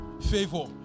favor